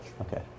Okay